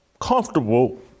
comfortable